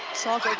salker.